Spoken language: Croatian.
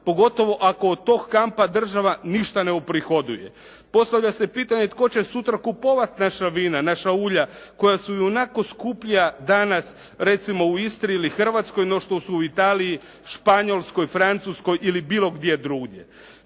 pogotovo ako od tog kampa država ništa ne uprihoduje. Postavlja se pitanje tko će sutra kupovati naša vina, naša ulja koja su ionako skuplja danas recimo u Istri ili Hrvatskoj no što su u Italiji, Španjolskoj, Francuskoj ili bilo gdje drugdje.